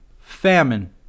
Famine